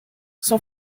son